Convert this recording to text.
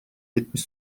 yetmiş